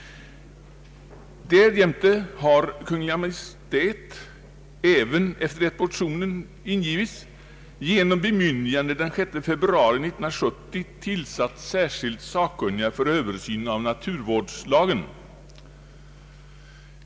Därjämte har Kungl. Maj:t — också detta efter det att motionen avgivits — genom bemyndigande den 6 februari 1970 tillsatt särskilda sakkunniga för översyn av naturvårdslagen.